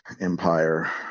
empire